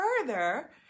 further